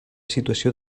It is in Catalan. situació